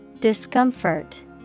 Discomfort